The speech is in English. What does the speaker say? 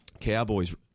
Cowboys